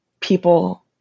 people